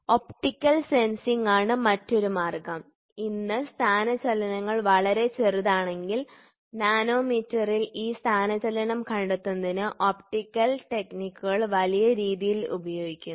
optical sensing ആണ് മറ്റൊരു മാർഗ്ഗം ഇന്ന് സ്ഥാനചലനങ്ങൾ വളരെ ചെറുതാണെങ്കിൽ നാനോമീറ്ററിൽ ഈ സ്ഥാനചലനം കണ്ടെത്തുന്നതിന് ഒപ്റ്റിക്കൽ ടെക്നിക്കുകൾ വലിയ രീതിയിൽ ഉപയോഗിക്കുന്നു